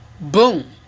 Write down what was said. Boom